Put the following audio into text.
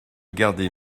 gardait